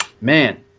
Man